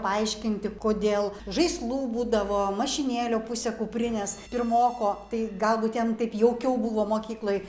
paaiškinti kodėl žaislų būdavo mašinėlių pusę kuprinės pirmoko tai galbūt ten taip jaukiau buvo mokykloj